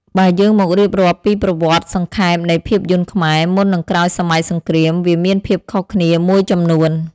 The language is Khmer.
បើយើងមករៀបរាប់ពីប្រវត្តិសង្ខេបនៃភាពយន្តខ្មែរ មុននិងក្រោយសម័យសង្គ្រាម វាមានភាពខុសគ្នាមួយចំនួន។